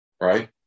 right